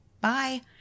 bye